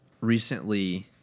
recently